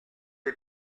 est